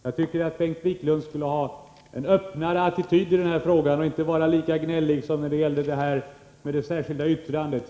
Jag tycker att Bengt Wiklund skulle ha en öppnare attityd till den här frågan och inte vara lika gnällig som när det gäller det särskilda yttrandet.